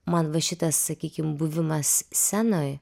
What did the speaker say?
man va šitas sakykim buvimas scenoj